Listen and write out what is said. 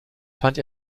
fand